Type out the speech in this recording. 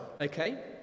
okay